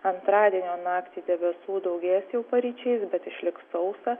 antradienio naktį debesų daugės jau paryčiais bet išliks sausa